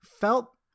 felt